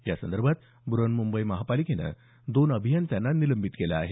या संदर्भात ब्रहन्मुंबई महापालिकेनं दोन अभियंत्यांना निलंबित केलं आहे